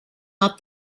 out